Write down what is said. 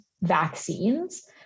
vaccines